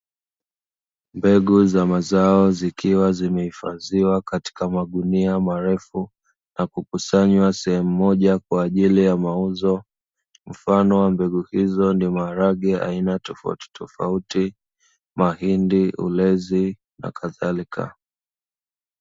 Mbegu za mazao zikiwa zimehifadhiwa katika magunia marefu, na kukusanywa sehemu moja kwa ajili ya mauzo; mfano wa mbegu hizo ni maharage ya aina tofautitofauti, mahindi, ulezi, na kadhalika.